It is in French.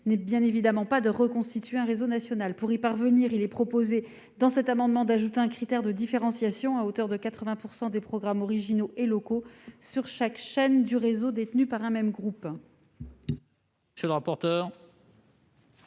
n'est pas de reconstituer un réseau national. Pour cela, il est proposé d'ajouter un critère de différenciation à hauteur de 80 % des programmes originaux et locaux sur chaque chaîne du réseau détenu par un même groupe.